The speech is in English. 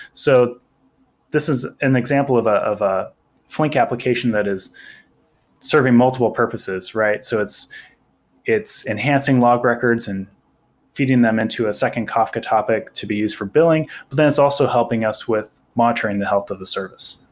so this is an example of ah of a flink application that is serving multiple purposes right. so it's it's enhancing log records and feeding them into a second kafka topic to be used for billing, but then it's also helping us with monitoring the health of the service.